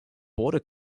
border